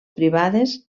privades